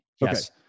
Yes